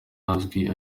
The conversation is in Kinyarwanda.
asanzwe